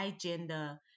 gender